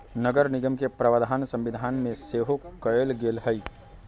नगरनिगम के प्रावधान संविधान में सेहो कयल गेल हई